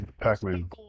Pac-Man